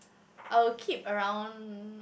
I will keep around